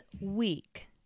week